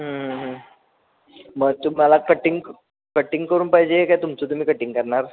मग तुम्हाला cutting cutting करून पाहिजे का तुमचं तुम्ही कटिंग करणार